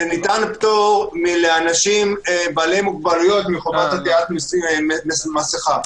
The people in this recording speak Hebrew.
שניתן פטור לאנשים בעלי מוגבלויות מחובת עטיית מסיכה.